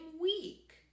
week